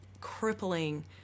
crippling